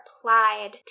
applied